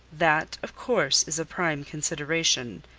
that, of course, is a prime consideration.